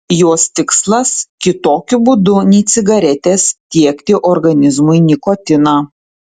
jos tikslas kitokiu būdu nei cigaretės tiekti organizmui nikotiną